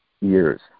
years